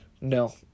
No